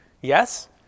Yes